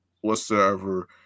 whatsoever